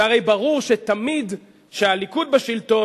זה הרי ברור שתמיד כשהליכוד בשלטון,